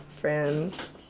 friends